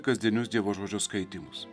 kasdienius dievo žodžio skaitymus